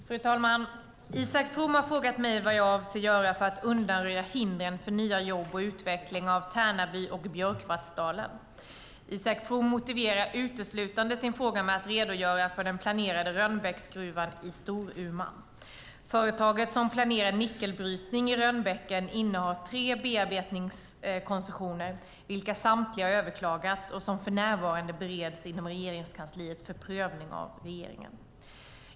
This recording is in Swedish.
Fru talman! Isak From har frågat mig vad jag avser att göra för att undanröja hindren för nya jobb och utveckling av Tärnaby och Björkvattsdalen. Isak From motiverar uteslutande sin fråga med att redogöra för den planerade Rönnbäcksgruvan i Storuman. Företaget som planerar nickelbrytning i Rönnbäcken innehar tre bearbetningskoncessioner, vilka samtliga har överklagats och som för närvarande bereds inom Regeringskansliet för prövning av regeringen.